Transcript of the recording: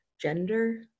gender